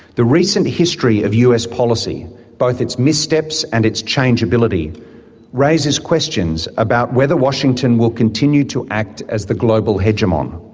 the recent history of us policy both its missteps and its changeability raises questions about whether washington will continue to act as the global hegemon.